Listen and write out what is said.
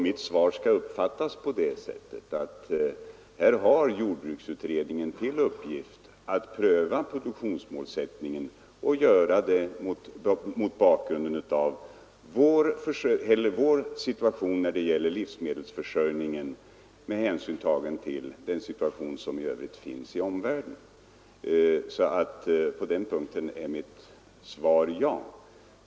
Mitt svar skall uppfattas på det sättet att jordbruksutredningen har till uppgift att pröva produktionsmålsättningen — och göra det mot bakgrund av vår situation när det gäller livsmedelsförsörjningen med hänsyn tagen till det läge som råder i omvärlden. På den punkten är mitt svar ja.